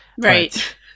Right